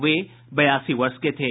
वे बयासी वर्ष के थे